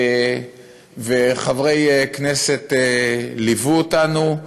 וחברי כנסת ליוו אותנו.